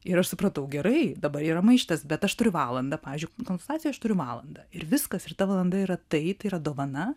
ir aš supratau gerai dabar yra maištas bet aš turiu valandą pavyzdžiui konsultacijai aš turiu valandą ir viskas ir ta valanda yra tai tai yra dovana